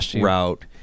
route